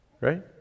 Right